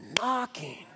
knocking